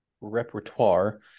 repertoire